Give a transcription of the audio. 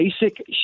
basic